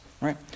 Right